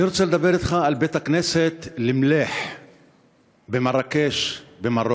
אני רוצה לדבר אתך על בית-הכנסת למְלֶח במרקש במרוקו.